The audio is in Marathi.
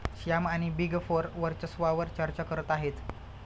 श्याम आणि बिग फोर वर्चस्वावार चर्चा करत आहेत